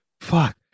fuck